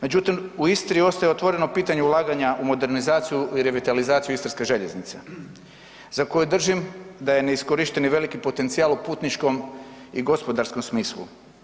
Međutim u Istri ostaje otvoreno pitanje ulaganja u modernizaciju i revitalizaciju istarske željeznice za koju držim da je neiskorišteni veliki potencijal u putničkom i gospodarskom smislu.